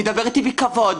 מדבר איתי בכבוד,